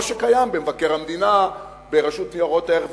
שקיים במשרד מבקר המדינה וברשות ניירות ערך,